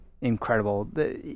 incredible